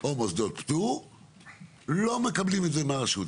או מוסדות פטור לא מקבלים את זה מהרשות.